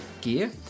gear